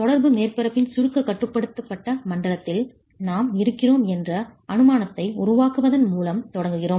தொடர்பு மேற்பரப்பின் சுருக்க கட்டுப்படுத்தப்பட்ட மண்டலத்தில் நாம் இருக்கிறோம் என்ற அனுமானத்தை உருவாக்குவதன் மூலம் தொடங்குகிறோம்